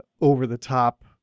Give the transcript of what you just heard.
over-the-top